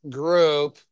group